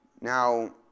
Now